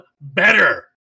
better